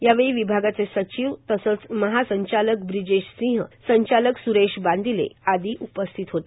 यावेळी विभागाचे सचिव तसंच महासंचालक ब्रिजेश सिंह संचालक स्रेश वांदिले आदी उपस्थित होते